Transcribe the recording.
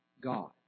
God